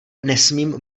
nesmím